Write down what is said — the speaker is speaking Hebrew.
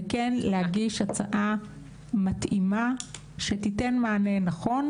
וכן להגיש הצעה מתאימה שתיתן מענה נכון.